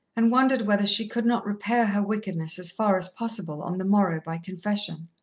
and wondered whether she could not repair her wickedness as far as possible on the morrow by confession.